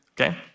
okay